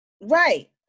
Right